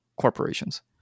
corporations